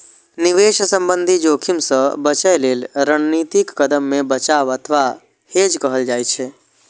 निवेश संबंधी जोखिम सं बचय लेल रणनीतिक कदम कें बचाव अथवा हेज कहल जाइ छै